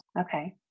Okay